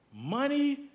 Money